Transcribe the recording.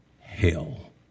Hell